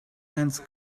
and